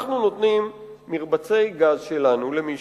אנחנו נותנים מרבצי גז שלנו למישהו,